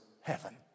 heaven